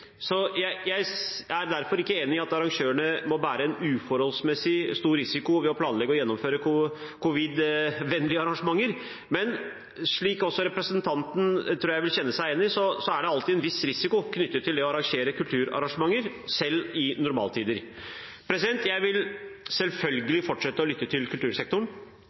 Jeg er derfor ikke enig i at arrangørene må bære en uforholdsmessig stor risiko ved å planlegge og gjennomføre covid-vennlige arrangementer. Men slik jeg tror også representanten vil kjenne seg igjen i, er det alltid en viss risiko knyttet til det å arrangere kulturarrangementer, selv i normaltider. Jeg vil selvfølgelig fortsette å lytte til kultursektoren.